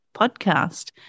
podcast